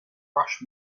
rush